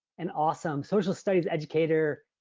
an awesome social studies educator,